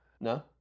No